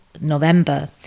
November